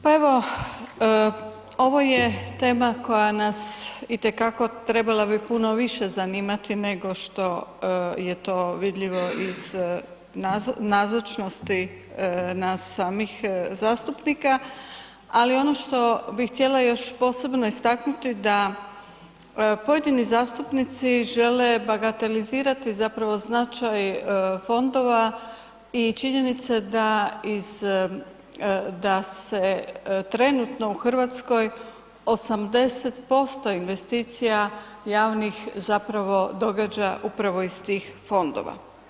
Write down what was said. Pa evo ovo je tema koja nas i te kako trebala bi puno više zanimati nego što je to vidljivo iz nazočnosti nas samih zastupnika, ali ono što bih htjela još posebno istaknuti da pojedini zastupnici žele bagatelizirati zapravo značaj fondova i činjenice da iz, da se trenutno u Hrvatskoj 80% investicija javnih zapravo događa upravo iz tih fondova.